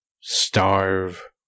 starve